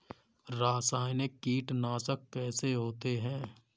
रासायनिक कीटनाशक कैसे होते हैं?